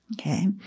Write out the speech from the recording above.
okay